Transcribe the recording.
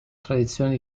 tradizione